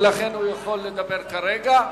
ולכן הוא יכול לדבר כרגע,